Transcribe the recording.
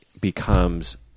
becomes